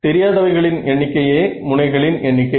தெரியாதவைகளின் எண்ணிக்கையே முனைகளின் எண்ணிக்கை